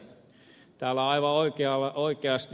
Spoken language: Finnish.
täällä aivan oikein ed